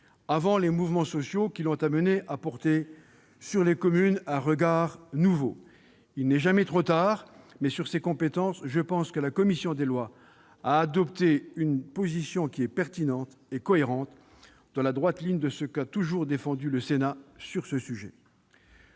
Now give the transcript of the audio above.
avant les mouvements sociaux qui l'ont amené à porter un regard nouveau sur les communes. Il n'est jamais trop tard, mais s'agissant de ces compétences, je pense que la commission des lois a adopté une position pertinente et cohérente, dans la droite ligne de ce qu'a toujours défendu le Sénat sur ce sujet.